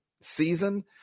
season